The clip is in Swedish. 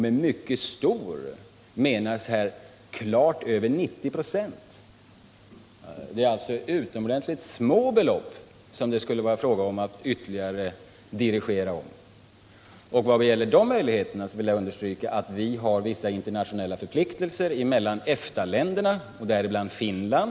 Med ”mycket stor” menas här klart över 90 96. Det är alltså utomordentligt små belopp som det skulle gälla att ytterligare dirigera om. Vad beträffar de möjligheterna vill jag understryka att vi har vissa internationella förpliktelser i förhållande till EFTA-länderna, däribland Finland.